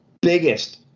biggest